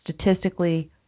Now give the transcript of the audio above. statistically